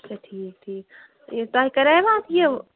اچھا ٹھیٖک ٹھیٖک یہِ تۅہہِ کَریوا اَتھ یہِ